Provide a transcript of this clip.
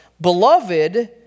Beloved